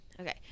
okay